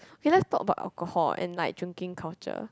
K lets talk about alcohol and like drinking culture